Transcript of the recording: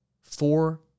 four